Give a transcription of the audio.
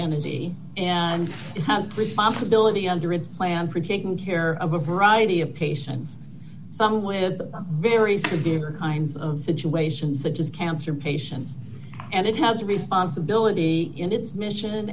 entity and has responsibility under its plan for taking care of a variety of patients some with very severe kinds of situations such as cancer patients and it has a responsibility in its mission